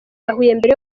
mbere